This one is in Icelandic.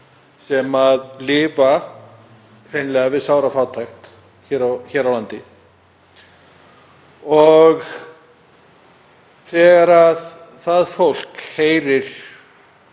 sem lifa hreinlega við sárafátækt hér á landi. Þegar það fólk heyrir